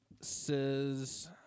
says